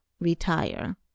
retire